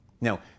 Now